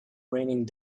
raining